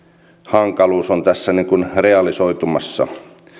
hankaluus on tässä realisoitumassa